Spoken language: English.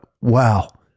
wow